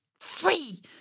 free